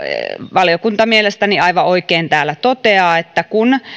valiokunta mielestäni aivan oikein täällä toteaa että kun